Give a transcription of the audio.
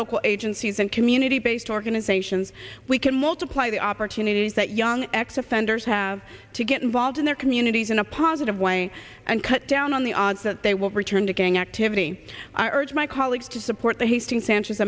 local agencies and community based organizations we can multiply the opportunities that young ex offenders have to get involved in their communities in a positive way and cut down on the odds that they will return to gang activity i urge my colleagues to support the hastings sanchez